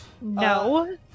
No